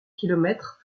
kilomètres